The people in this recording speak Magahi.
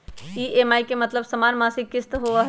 ई.एम.आई के मतलब समान मासिक किस्त होहई?